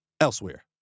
elsewhere